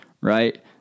right